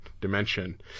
dimension